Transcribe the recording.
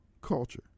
culture